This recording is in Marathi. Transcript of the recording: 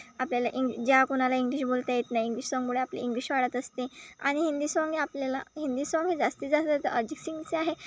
आपल्याला इंग् ज्या कोणाला इंग्लिश बोलता येत नाही इंग्लिश साँगमुळे आपले इंग्लिश वाढत असते आणि हिंदी साँग हे आपल्याला हिंदी साँग हे जास्तीत जास्त अरजित सिंगचे आहे